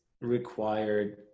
required